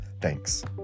Thanks